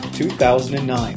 2009